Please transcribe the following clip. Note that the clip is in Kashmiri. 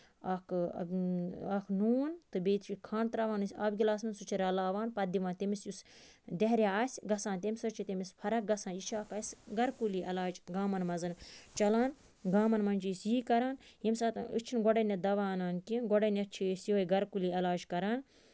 اکھ اکھ اَکھ نوٗن تہٕ بیٚیہِ چھِ کھنڈ تراوان أسۍ آبہٕ گِلاسَس منٛز سُہ چھِ رَلاوان پَتہٕ دِوان تٔمِس یُس دہرِیا آسہِ گژھان تَمہِ سۭتۍ چھُ اَسہِ فرق گژھان یہِ چھُ اَسہِ اکھ گرِکُلی علاج گامَن منٛز چلان گامَن منٛز چھِ أسۍ یی کران ییٚمہِ ساتَن أسۍ چھِنہٕ گۄڈٕنیتھ دوا اَنان کہِ گۄڈٕنیتھ چھِ أسی یہِ گرِ کُلی علاج کران